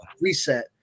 reset